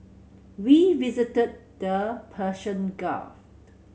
we visited the Persian Gulf